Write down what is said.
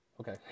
Okay